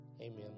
amen